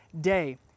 day